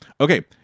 Okay